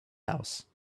house